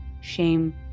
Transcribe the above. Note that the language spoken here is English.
Shame